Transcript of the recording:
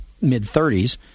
mid-30s